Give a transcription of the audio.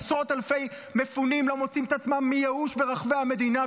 עשרות אלפי מפונים לא מוצאים את עצמם מייאוש ברחבי המדינה,